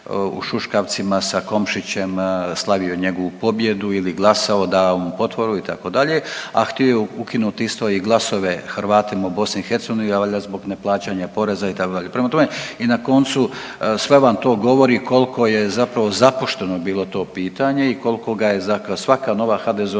u šuškavcima sa Komšićem slavio njegovu pobjedu ili glasao i dao mu potporu itd., a htio je ukinut isto i glasove Hrvatima u BIH, a valjda zbog neplaćanja poreza itd. Prema tome i na koncu sve vam to govori koliko je zapravo zapušteno bilo to pitanje i koliko ga je zapravo